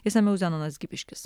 išsamiau zenonas gipiškis